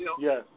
yes